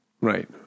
Right